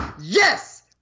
yes